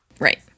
Right